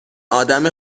آدم